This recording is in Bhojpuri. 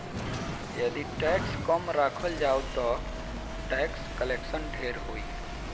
यदि टैक्स कम राखल जाओ ता टैक्स कलेक्शन ढेर होई